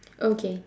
okay